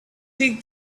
take